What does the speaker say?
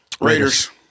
Raiders